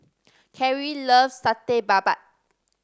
Cari loves Satay Babat